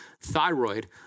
thyroid